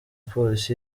polisi